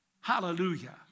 Hallelujah